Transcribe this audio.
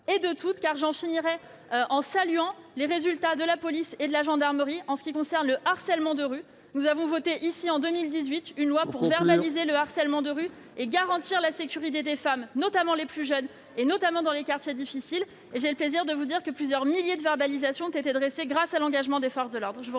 et de toutes. Je terminerai mon propos en saluant les résultats de la police et de la gendarmerie en ce qui concerne le harcèlement de rue. Il faut conclure. Vous avez voté en 2018 une loi pour verbaliser le harcèlement de rue et garantir la sécurité des femmes, notamment les plus jeunes, particulièrement dans les quartiers difficiles. Avec un numéro vert ? J'ai le plaisir de vous annoncer que plusieurs milliers de verbalisations ont été dressées grâce à l'engagement des forces de l'ordre.